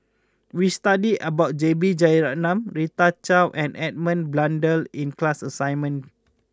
we studied about J B Jeyaretnam Rita Chao and Edmund Blundell in class assignment